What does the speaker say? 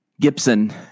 Gibson